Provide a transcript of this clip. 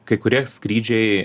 kai kurie skrydžiai